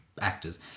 actors